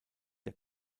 der